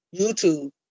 YouTube